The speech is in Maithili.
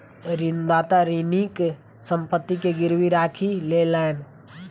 ऋणदाता ऋणीक संपत्ति के गीरवी राखी लेलैन